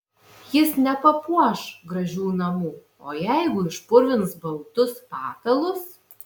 jis nepapuoš gražių namų o jeigu išpurvins baltus patalus